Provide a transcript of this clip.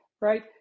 right